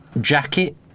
jacket